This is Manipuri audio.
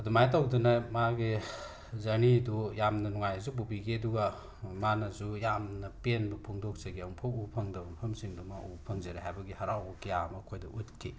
ꯑꯗꯨꯃꯥꯏꯅ ꯇꯧꯗꯅ ꯃꯥꯒꯤ ꯖꯔꯅꯤꯗꯨ ꯌꯥꯝꯅ ꯅꯨꯡꯉꯥꯏꯅꯁꯨ ꯄꯨꯕꯤꯈꯤ ꯑꯗꯨꯒ ꯃꯥꯅꯁꯨ ꯌꯥꯝꯅ ꯄꯦꯟꯕ ꯐꯣꯡꯗꯣꯛꯆꯈꯤ ꯑꯃꯨꯛꯐꯥꯎ ꯎꯕ ꯐꯪꯗꯕ ꯃꯐꯝꯁꯤꯡꯗꯣ ꯃꯥ ꯎꯕ ꯐꯪꯖꯔꯦ ꯍꯥꯏꯕꯒꯤ ꯍꯔꯥꯎꯕ ꯀꯌꯥ ꯑꯃ ꯑꯩꯈꯣꯏꯗ ꯎꯠꯈꯤ